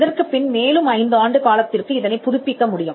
இதற்குப் பின் மேலும் ஐந்து ஆண்டு காலத்திற்கு இதனைப் புதுப்பிக்க முடியும்